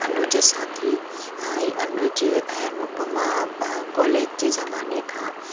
अनुज सां थी अनुज ऐं अनुपमा कॉलेज जे ज़माने खां